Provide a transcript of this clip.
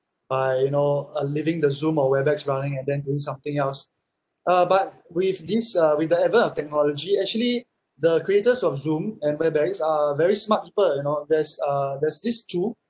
by you know uh leaving the zoom or webex running and then doing something else uh but with this uh with the advance of technology actually the creators of zoom and webex are very smart people you know there's uh there's this tool